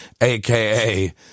aka